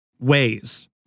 ways